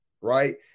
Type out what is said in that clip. right